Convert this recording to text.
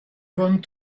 want